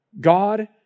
God